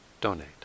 donate